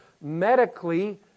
medically